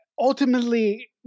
ultimately